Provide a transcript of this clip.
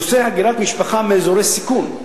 נושא הגירת משפחה מאזורי סיכון.